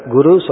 Guru